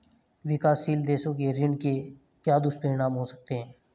विकासशील देशों के ऋण के क्या दुष्परिणाम हो सकते हैं?